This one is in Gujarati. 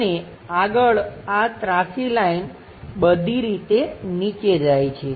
અને આગળ આ ત્રાસી લાઈન બધી રીતે નીચે જાય છે